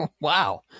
wow